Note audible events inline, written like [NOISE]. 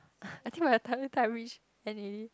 [LAUGHS] I think by the ti~ time i reach end already